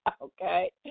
okay